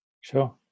Sure